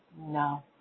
No